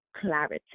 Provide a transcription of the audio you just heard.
clarity